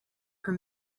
her